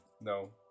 No